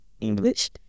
English